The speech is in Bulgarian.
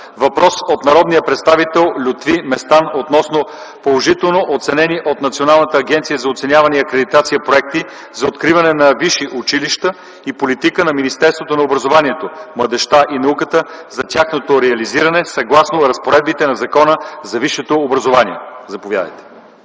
Въпрос от народния представител Лютви Местан относно положително оценени от Националната агенция за оценяване и акредитация проекти за откриване на висши училища и политиката на Министерството на образованието, младежта и науката за тяхното реализиране, съгласно разпоредбите на Закона за висшето образование. Заповядайте.